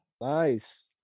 Nice